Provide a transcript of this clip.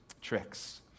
tricks